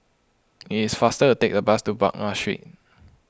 it is faster to take a bus to Baghdad Street